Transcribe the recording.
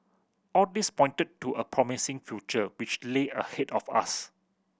all this pointed to a promising future which lay ahead of us